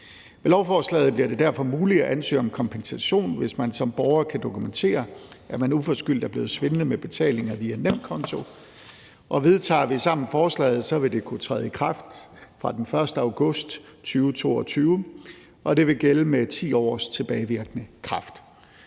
Med lovforslaget bliver det derfor muligt at ansøge om kompensation, hvis man som borger kan dokumentere, at man uforskyldt har oplevet, at der er blevet svindlet med betalinger via ens nemkonto. Vedtager vi sammen forslaget, vil det kunne træde i kraft fra den 1. august 2022, og det vil gælde med 10 års tilbagevirkende kraft.